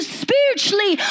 spiritually